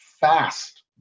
fast